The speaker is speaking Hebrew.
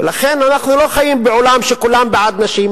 ולכן אנחנו לא חיים בעולם שבו כולם בעד נשים.